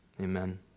Amen